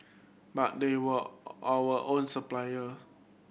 but they were our own supplier